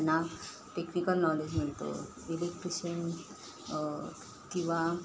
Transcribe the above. त्यांना technical knowledge मिळतं electrician किंवा